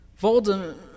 Voldemort